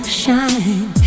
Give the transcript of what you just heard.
shine